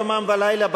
יומם ולילה,